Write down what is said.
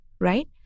right